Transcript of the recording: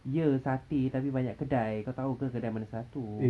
iya satay tapi banyak kedai kau tahu ke kedai mana satu